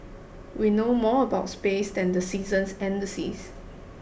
we know more about space than the seasons and the seas